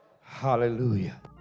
Hallelujah